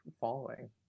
following